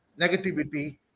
negativity